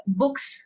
books